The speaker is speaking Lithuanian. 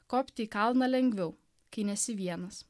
kopti į kalną lengviau kai nesi vienas